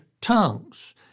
tongues